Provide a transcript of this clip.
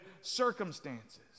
circumstances